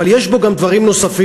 אבל יש בו גם דברים נוספים,